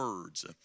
words